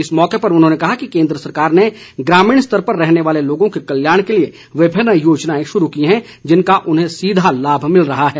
इस मौके उन्होंने कहा कि केन्द्र सरकार ने ग्रामीण स्तर पर रहने वाले लोगों के कल्याण के लिए विभिन्न योजनाएं शुरू की हैं जिनका उन्हें सीधा लाभ मिल रहा है